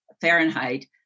Fahrenheit